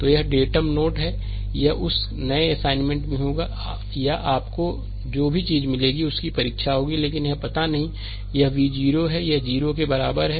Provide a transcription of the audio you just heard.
तो यह datum node है यह उस नए असाइनमेंट में होगा या आपको जो भी चीज मिलेगी उसकी परीक्षा होगी लेकिन यह नहीं पता होगा कि यह v 0 है यह 0 के बराबर है